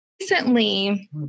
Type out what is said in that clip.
Recently